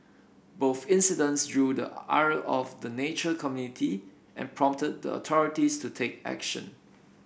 both incidents drew the ire of the nature community and prompted the authorities to take action